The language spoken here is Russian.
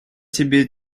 тебе